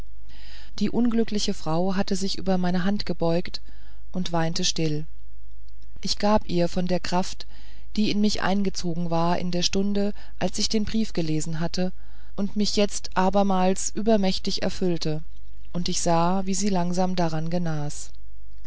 die unglückliche frau hatte sich über meine hand gebeugt und weinte still ich gab ihr von der kraft die in mich eingezogen war in der stunde als ich den brief gelesen hatte und mich jetzt abermals übermächtig erfüllte und ich sah wie sie langsam daran genas